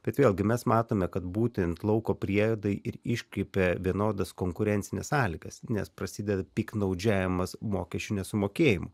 bet vėlgi mes matome kad būtent lauko priedai ir iškreipia vienodas konkurencines sąlygas nes prasideda piktnaudžiavimas mokesčių nesumokėjimu